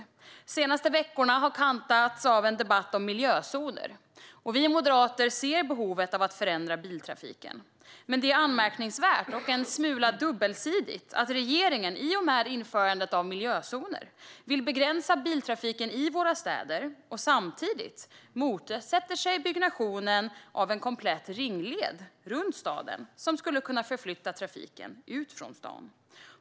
De senaste veckorna har kantats av en debatt om miljözoner. Vi moderater ser behovet av att förändra biltrafiken. Men det är anmärkningsvärt och en smula dubbelsidigt att regeringen i och med införandet av miljözoner vill begränsa biltrafiken i våra städer och samtidigt motsätter sig byggnationen av en komplett ringled runt staden som skulle kunna förflytta trafiken ut från stan.